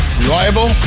Reliable